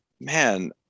man